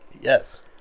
Yes